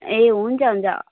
ए हुन्छ हुन्छ